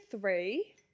three